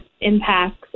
impacts